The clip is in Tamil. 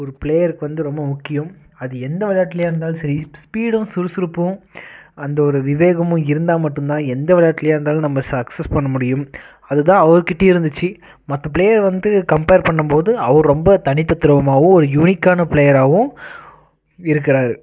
ஒரு ப்ளேயருக்கு வந்து ரொம்ப முக்கியம் அது எந்த விளையாட்லையா இருந்தாலும் சரி ஸ்பீடும் சுறுசுறுப்பும் அந்த ஒரு விவேகமும் இருந்தா மட்டும்தான் எந்த விளையாட்லையா இருந்தாலும் நம்ப சக்சஸ் பண்ண முடியும் அது தான் அவருகிட்டையும் இருந்துச்சு மற்ற ப்ளேயர் வந்து கம்பேர் பண்ணும்போது அவர் ரொம்ப தனித்தத்ருவமாகவும் ஒரு யுனிக்கான ப்ளேயராகவும் இருக்குறார்